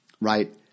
right